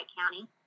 County